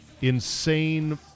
insane